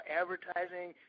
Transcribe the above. advertising